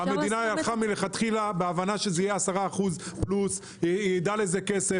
המדינה תמכה מלכתחילה בהבנה שזה יהיה 10% וייעדה לזה כסף.